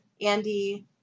Andy